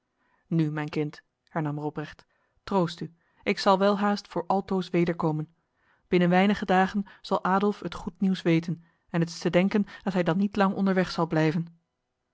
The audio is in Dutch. nu mijn kind hernam robrecht troost u ik zal welhaast voor altoos wederkomen binnen weinig dagen zal adolf het goed nieuws weten en het is te denken dat hij dan niet lang onderweg zal blijven